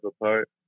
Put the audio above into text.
apart